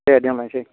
दे दोनलायनोसै